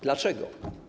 Dlaczego?